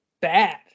bad